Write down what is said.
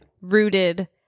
rooted